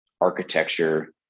architecture